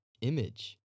image